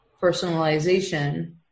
personalization